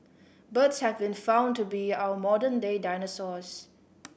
birds have been found to be our modern day dinosaurs